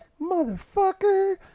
motherfucker